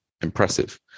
impressive